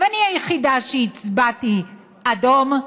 אני היחידה שהצבעתי אדום.